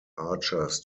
archers